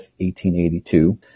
1882